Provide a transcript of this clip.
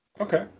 Okay